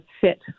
fit